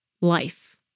life